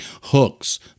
hooks